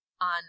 on